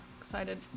excited